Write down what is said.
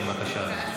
כן, בבקשה.